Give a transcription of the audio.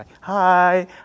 Hi